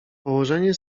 położenie